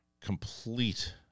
complete